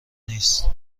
نیست